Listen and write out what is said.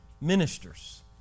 ministers